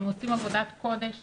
הם עושים עבודת קודש